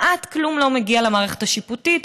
כמעט כלום לא מגיע למערכת השיפוטית,